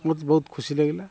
ମୋତେ ବହୁତ ଖୁସି ଲାଗିଲା